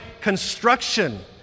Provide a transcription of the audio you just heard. construction